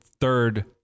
third